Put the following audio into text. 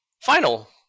final